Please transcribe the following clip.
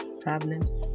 problems